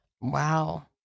Wow